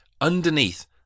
underneath